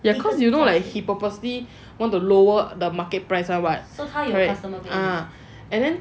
ya cause you know like he purposely want to lower the market price [one] [what] and then err